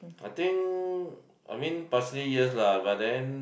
I think I mean personally yes lah but then